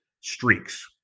streaks